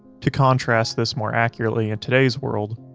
to contrast this more accurately in today's world,